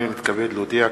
הנני מתכבד להודיע,